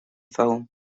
film